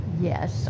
Yes